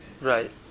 right